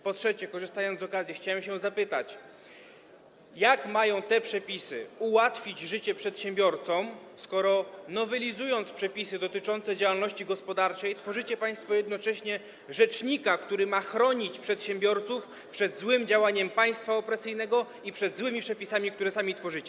Po trzecie, korzystając z okazji, chciałem się zapytać: Jak mają te przepisy ułatwić życie przedsiębiorcom, skoro nowelizując przepisy dotyczące działalności gospodarczej, tworzycie państwo jednocześnie rzecznika, który ma chronić przedsiębiorców przed złym działaniem państwa opresyjnego i przed złymi przepisami, które sami tworzycie?